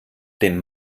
den